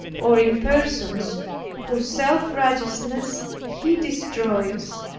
or in persons whose self-righteousness he destroys,